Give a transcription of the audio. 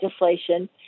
legislation